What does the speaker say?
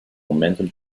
momentum